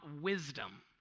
wisdom